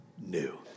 new